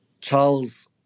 Charles